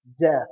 death